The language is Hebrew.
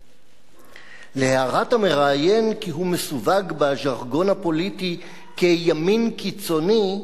להערת המראיין כי הוא מסווג בז'רגון הפוליטי כימין קיצוני השיב גנדי: